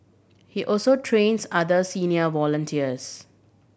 he also trains other senior volunteers